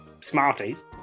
Smarties